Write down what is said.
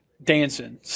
Dancing